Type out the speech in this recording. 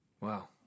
wow